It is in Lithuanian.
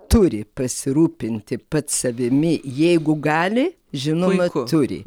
turi pasirūpinti pats savimi jeigu gali žinoma turi